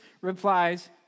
replies